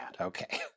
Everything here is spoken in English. Okay